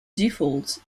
default